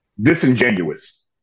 disingenuous